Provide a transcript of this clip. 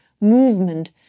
movement